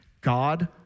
God